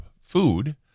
food